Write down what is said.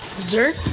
Dessert